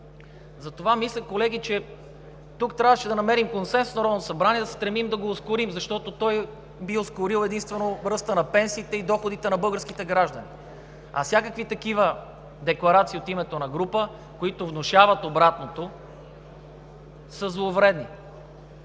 Затова мисля, колеги, че в Народното събрание трябваше да намерим консенсус и да се стремим да го ускорим, защото той би ускорил единствено ръста на пенсиите и доходите на българските граждани, а всякакви такива декларации от името на група, които внушават обратното, са зловредни.